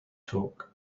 talk